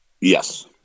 Yes